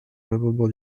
l’amendement